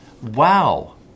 Wow